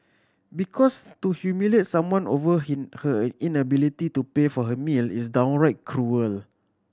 because to humiliate someone over him her inability to pay for her meal is downright cruel